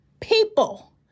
People